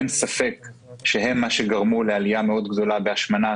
אין ספק שהם גרמו לעלייה גדולה מאוד בהשמנה,